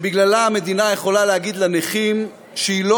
שבגללה המדינה יכולה להגיד לנכים שהיא לא